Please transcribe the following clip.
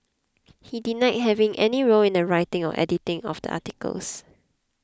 he denied having any role in the writing or editing of the articles